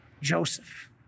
Joseph